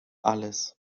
alles